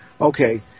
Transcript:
Okay